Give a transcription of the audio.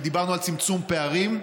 ודיברנו על צמצום פערים.